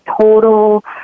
total